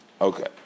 Okay